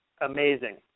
amazing